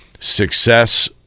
Success